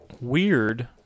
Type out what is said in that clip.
weird